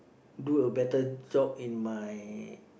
do a better job in my